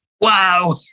Wow